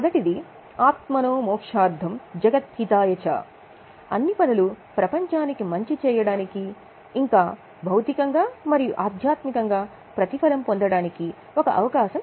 మొదటిది ఆత్మనో మోక్షార్థం జగత్ హితాయ చా కాబట్టి అన్ని పనులు ప్రపంచానికి మంచి చేయడానికి ఇంకా భౌతికంగా మరియు ఆధ్యాత్మికంగా ప్రతిఫలం పొందటానికి ఒక అవకాశం